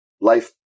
life